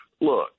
Look